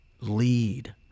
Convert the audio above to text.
Lead